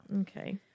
Okay